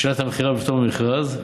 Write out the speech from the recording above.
בשאלת המכירה בפטור ממכרז.